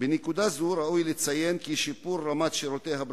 אנחנו רואים שביישובים היהודיים יש 604 שעות קבלה,